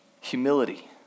Humility